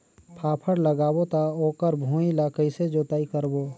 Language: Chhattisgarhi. फाफण लगाबो ता ओकर भुईं ला कइसे जोताई करबो?